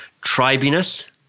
tribiness